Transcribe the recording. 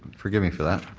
forgive me for that.